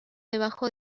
debajo